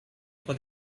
for